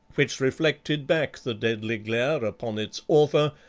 which reflected back the deadly glare upon its author,